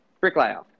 bricklayer